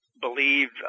believe